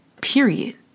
Period